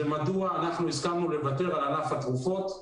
מדוע אנחנו הסכמנו לוותר על ענף התרופות.